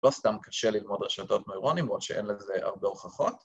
‫לא סתם קשה ללמוד רשתות נוירונים ‫ועוד שאין לזה הרבה הוכחות.